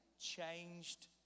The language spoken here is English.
changed